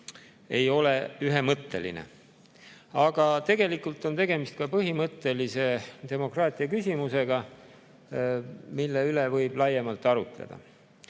ei ole ühemõtteline. Tegelikult on tegemist põhimõttelise demokraatia küsimusega, mille üle võib laiemalt arutleda.